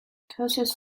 curses